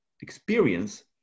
experience